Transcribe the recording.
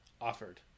offered